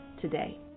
today